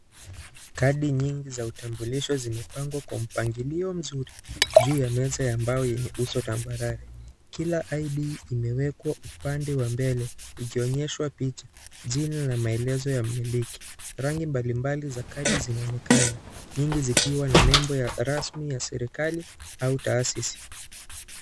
Kadi nyingi za utamblisho zimepangwa kwa mpangilio mzuri juu ya meza ya mbao yenye uso tambarare, kila ID imewekwa upande wa mbele ikionyeshwa picha jina na maelezo ya mmiliki, rangi mbalimbali za kadi zinaonekana nyingi zikiwa na nembo rasmi ya serikali au taasisi.